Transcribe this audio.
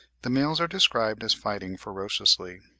the males are described as fighting ferociously.